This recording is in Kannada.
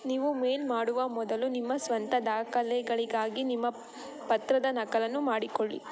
ನೀವು ಮೇಲ್ ಮಾಡುವ ಮೊದಲು ನಿಮ್ಮ ಸ್ವಂತ ದಾಖಲೆಗಳಿಗಾಗಿ ನಿಮ್ಮ ಪತ್ರದ ನಕಲನ್ನು ಮಾಡಿಕೊಳ್ಳಿ